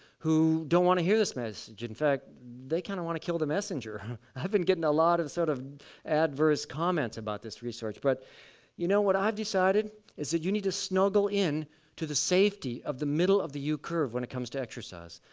who don't want to hear this mess in fact, they kind of want to kill the messenger. been getting a lot of sort of adverse comments about this research. but you know what i've decided? it is that you need to snuggle in to the safety of the middle of the u curve when it comes to exercise.